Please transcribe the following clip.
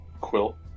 quilt